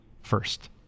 first